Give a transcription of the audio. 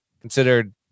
considered